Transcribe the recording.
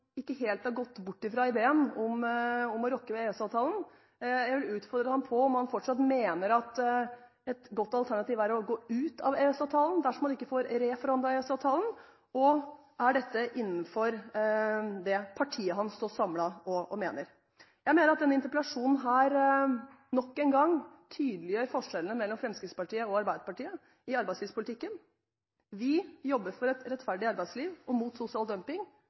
ikke helt har gått bort fra ideen om å rokke ved EØS-avtalen. Jeg vil utfordre ham på om han fortsatt mener at et godt alternativ er å gå ut av EØS-avtalen dersom man ikke får reforhandlet EØS-avtalen, og om dette er innenfor det partiet hans står samlet om og mener. Jeg mener at denne interpellasjonen nok en gang tydeliggjør forskjellene mellom Fremskrittspartiet og Arbeiderpartiet i arbeidslivspolitikken. Vi jobber for et rettferdig arbeidsliv og mot sosial dumping,